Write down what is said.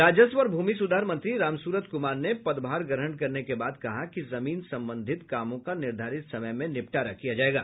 राजस्व और भूमि सुधार मंत्री राम सूरत कुमार ने पदभार ग्रहण करने के बाद कहा कि जमीन संबंधित कामों का निर्धारित समय में निपटारा किया जायेगा